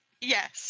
Yes